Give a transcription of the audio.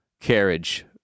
carriage